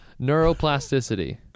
neuroplasticity